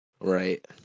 Right